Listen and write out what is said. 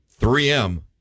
3M